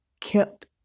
kept